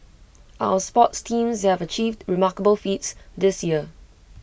our sports teams have achieved remarkable feats this year